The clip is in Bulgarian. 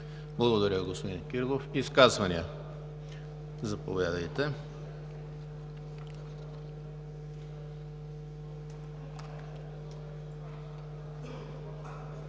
Благодаря, господин Кирилов. Изказвания? Заповядайте.